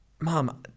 mom